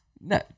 No